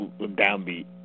downbeat